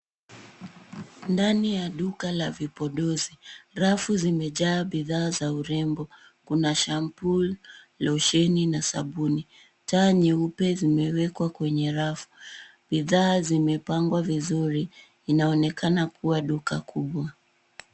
Ndani ya duka la vipodozi, rafu zimejaa bidhaa za urembo. Kuna shampoo , lotion na sabuni. Taa nyeupe zimewekwa kwenye rafu. Bidhaa zimepangwa vizuri. Inaonekana kuwa duka kubwa.